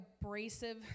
abrasive